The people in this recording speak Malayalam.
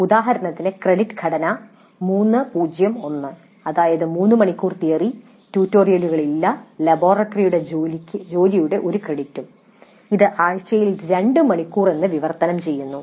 ഉദാഹരണത്തിന് ക്രെഡിറ്റ് ഘടന 3 0 1 അതായത് മൂന്ന് മണിക്കൂർ തിയറി ട്യൂട്ടോറിയലുകൾൾ ഇല്ല ലബോറട്ടറി ജോലിയുടെ ഒരു ക്രെഡിറ്റും ഇത് ആഴ്ചയിൽ രണ്ട് മണിക്കൂർ ജോലി എന്ന് വിവർത്തനം ചെയ്യുന്നു